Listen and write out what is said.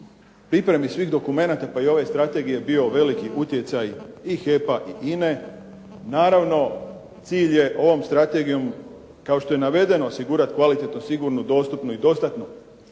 pripremi svih dokumenata pa i ove strategije bio veliki utjecaj i HEP-a i INE. Naravno cilj je ovom strategijom kao što je navedeno osigurati kvalitetnu, sigurnu, dostupnu i dostatnu energiju,